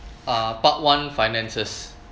uh part one finances